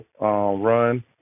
run